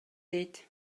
дейт